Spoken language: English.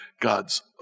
God's